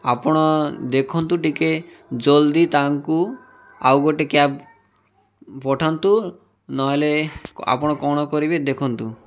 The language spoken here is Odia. ଆପଣ ଦେଖନ୍ତୁ ଟିକେ ଜଲ୍ଦି ତାଙ୍କୁ ଆଉ ଗୋଟେ କ୍ୟାବ୍ ପଠାନ୍ତୁ ନହେଲେ ଆପଣ କ'ଣ କରିବେ ଦେଖନ୍ତୁ